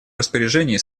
распоряжении